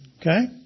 Okay